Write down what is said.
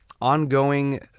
ongoing